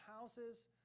houses